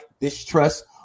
distrust